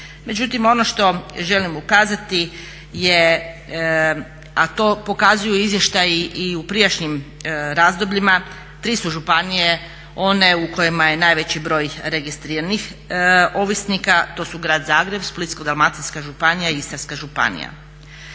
Međutim, ono što želim ukazati je, a to pokazuju izvještaji i u prijašnjim razdobljima, tri su županije one u kojima je najveći broj registriranih ovisnika, to su Grad Zagreb, Splitsko-dalmatinska županija i Istarska županija.